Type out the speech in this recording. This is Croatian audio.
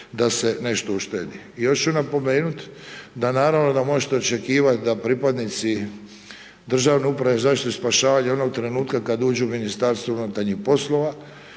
da se nešto uštedi. I još ću napomenuti da naravno da možete očekivati da pripadnici državne uprave zaštitu i spašavanje onog trenutka kada uđu u MUP će naravno zasigurno